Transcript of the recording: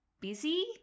Busy